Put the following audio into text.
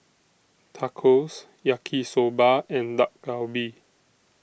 Tacos Yaki Soba and Dak Galbi